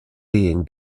being